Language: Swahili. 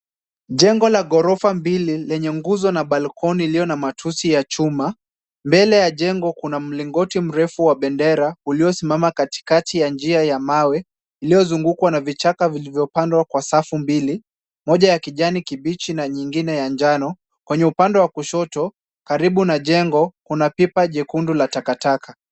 Jengo la ghorofa mbili lenye nguzo na balkoni iliyo na matusi ya chuma. Mbele ya jengo kuna mlingoti mrefu wa bendera uliosimama katikati ya njia ya mawe. Iliyozungukwa na vichaka vilivyopandwa kwa safu mbili; moja ni ya kijani kibichi na nyingine ya njano. Kwenye upande wa kushoto, karibu na jengo, kuna pipa jekundu la takataka.